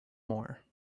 more